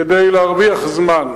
כדי להרוויח זמן.